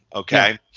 okay.